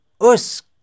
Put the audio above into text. Usk